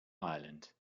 ireland